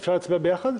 אפשר להצביע עליהן יחד?